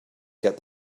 get